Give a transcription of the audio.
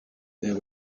there